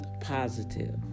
positive